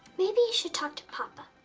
maybe you should talk to papa.